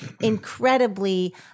incredibly